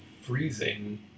freezing